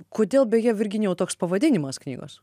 kodėl beje virginijau toks pavadinimas knygos